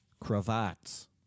cravats